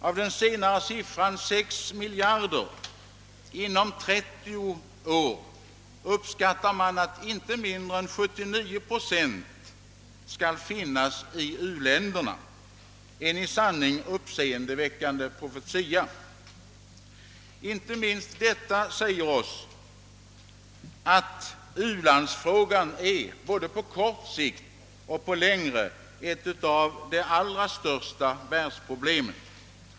Av den senare siffran, alltså nära 6 miljarder — vilken ökning sålunda sker inom 30 år — uppskattar man att inte mindre än 79 procent av människorna kommer att finnas i u-länderna — en i sanning uppseendeväckande profetia! Inte minst detta säger oss att u-landsfrågan både på kortare och längre sikt är ett av världens allra största problem.